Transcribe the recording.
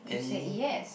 you said yes